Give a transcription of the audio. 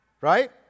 right